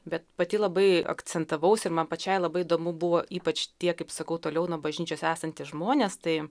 bet pati labai akcentavaus ir man pačiai labai įdomu buvo ypač tie kaip sakau toliau nuo bažnyčios esantys žmonės tai